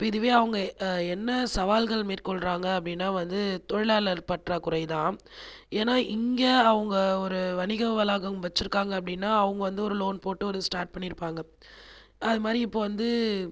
இப்போ இதுவே அவங்க என்ன சவால்கள் மேற்கொள்கிறாங்க அப்படினா வந்து தொழிலாளர் பற்றாக்குறைதான் ஏன்னால் இங்கே அவங்க ஒரு வணிக வளாகம் வைச்சுருக்காங்க அப்படினா அவங்கள் வந்து ஒரு லோன் போட்டு ஸ்டார்ட் பண்ணியிருப்பாங்க அது மாதிரி இப்போ வந்து